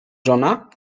żona